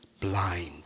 blind